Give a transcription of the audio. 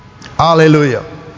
hallelujah